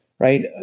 Right